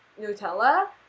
Nutella